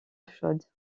chaude